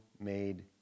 made